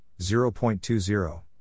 0.20